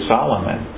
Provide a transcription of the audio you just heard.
Solomon